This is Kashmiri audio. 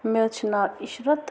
مےٚ حظ چھِ ناو عشرَت